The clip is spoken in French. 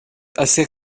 assez